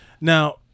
Now